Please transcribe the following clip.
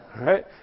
Right